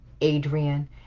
Adrian